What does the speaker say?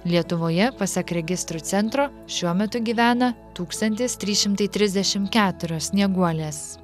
lietuvoje pasak registrų centro šiuo metu gyvena tūkstantis trys šimtai trisdešimt keturios snieguolės